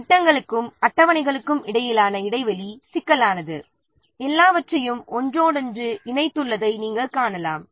திட்டங்களுக்கும் அட்டவணைகளுக்கும் இடையிலான இடைவெளி சிக்கலானது எல்லாவற்றையும் ஒன்றோடொன்று இணைத்துள்ளதை நாம் காணலாம்